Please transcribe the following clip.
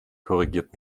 korrigiert